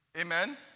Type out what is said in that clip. Amen